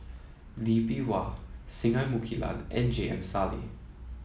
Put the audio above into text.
Lee Bee Wah Singai Mukilan and J M Sali